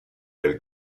del